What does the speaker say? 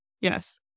yes